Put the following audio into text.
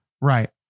Right